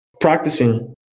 practicing